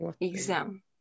Exam